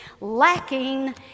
lacking